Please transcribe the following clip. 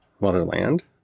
Motherland